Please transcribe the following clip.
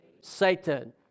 Satan